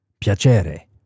Piacere